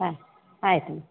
ಹಾಂ ಆಯಿತು